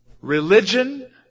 Religion